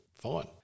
Fine